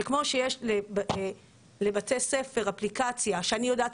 שכמו שיש לבתי ספר אפליקציה שאני יודעת